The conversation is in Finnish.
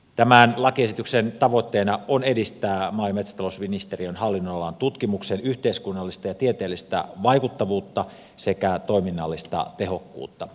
tämän lakiesityksen tavoitteena on edistää maa ja metsätalousministeriön hallinnonalan tutkimuksen yhteiskunnallista ja tieteellistä vaikuttavuutta sekä toiminnallista tehokkuutta